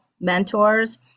mentors